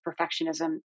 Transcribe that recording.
perfectionism